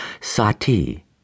Sati